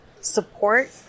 support